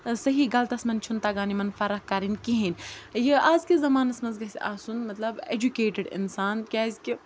صحیح غلطَس منٛز چھُنہٕ تگان یِمَن فرق کَرٕنۍ کِہیٖنۍ یہِ اَزکِس زمانَس منٛز گژھِ آسُن مطلب اٮ۪جوکیٹِڈ اِنسان کیٛازِکہِ